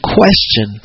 question